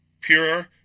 Pure